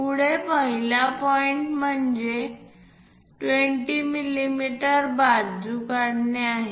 पुढे पहिला पॉईंट म्हणजे 20 मिमी बाजू काढणे आहे